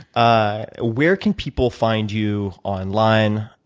ah where can people find you online?